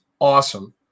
awesome